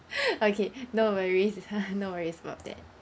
okay no worries no worries about that